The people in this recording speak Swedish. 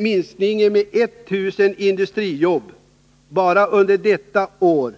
Minskningen med 1 000 industrijobb bara under detta år